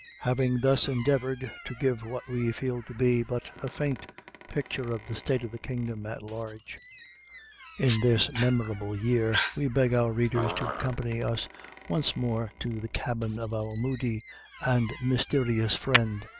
having thus endeavored to give what we feel to be but a faint picture of the state of the kingdom at large in this memorable year, we beg our readers to accompany us once more to the cabin of our moody and mysterious friend,